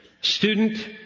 student